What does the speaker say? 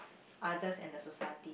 others and the society